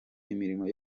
imirimo